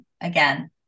again